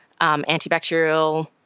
antibacterial